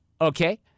Okay